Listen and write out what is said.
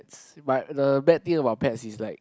but the bad thing about pets is like